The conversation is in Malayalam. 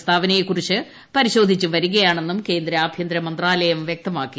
പ്രസ്താവനയെക്കുറിച്ച് പരിശോധിച്ച് വരികയാണെന്നും കേന്ദ്ര ആഭ്യന്തര മന്ത്രാലയം വൃക്തമാക്കി